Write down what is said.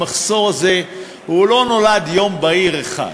המחסור הזה, הוא לא נולד יום בהיר אחד.